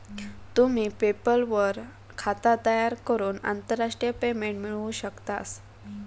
तुम्ही पेपल वर खाता तयार करून आंतरराष्ट्रीय पेमेंट मिळवू शकतास